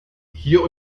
hier